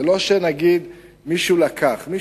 זה לא שנגיד מישהו נתן,